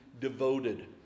devoted